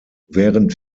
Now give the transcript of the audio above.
während